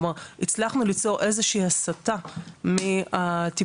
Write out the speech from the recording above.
כלומר הצלחנו ליצור איזושהי הסטה מהטיפולים